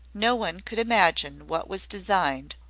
no one could imagine what was designed,